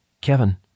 Kevin